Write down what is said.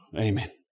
Amen